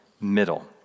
middle